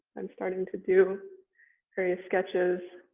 i'm starting to do various sketches